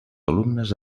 alumnes